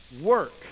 work